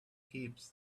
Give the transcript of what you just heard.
heaps